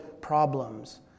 problems